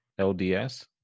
LDS